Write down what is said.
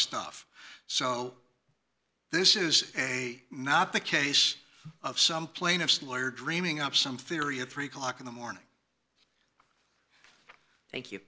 stuff so this is a not the case of some plaintiff's lawyer dreaming up some theory at three o'clock in the morning thank you